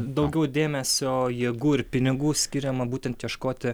daugiau dėmesio jėgų ir pinigų skiriama būtent ieškoti